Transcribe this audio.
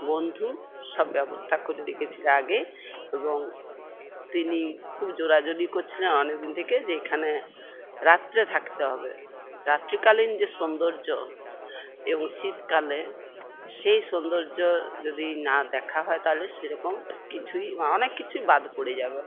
বন্ধু সব ব্যবস্থা করে রেখেছিল আগেই এবং তিনি খুব জোরাজুরি করছিলেন অনেকদিন থেকে যে এখানে রাত্রে থাকতে হবে রাত্রিকালীন যে সৌন্দর্য্য এবং শীতকালে সেই সৌন্দর্য্য যদি না দেখা হয় তাহলে সে রকম কিছুই অনেক কিছুই বাদ পড়ে যাবে